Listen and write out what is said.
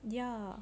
ya